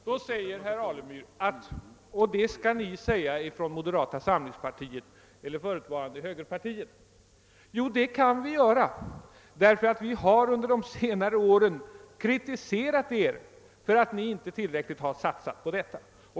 Då svarar herr Alemyr: Och det skall ni säga i moderata samlingspartiet eller förutvarande högerpartiet! — Jo, det kan vi göra, därför att vi under de senare åren har kritiserat er för att ni inte har satsat tillräckligt mycket på detta.